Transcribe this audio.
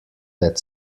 that